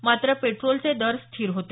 मात्र पेट्रोलचे दर स्थिर होते